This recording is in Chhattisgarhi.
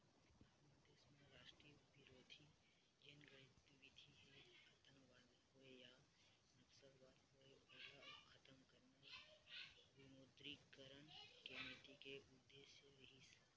हमर देस म राष्ट्रबिरोधी जेन गतिबिधि हे आंतकवाद होय या नक्सलवाद होय ओला खतम करना विमुद्रीकरन के नीति के उद्देश्य रिहिस